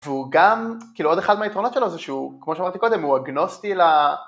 והוא גם, כאילו עוד אחד מהיתרונות שלו זה שהוא, כמו שאמרתי קודם, הוא אגנוסטי ל...